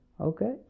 Okay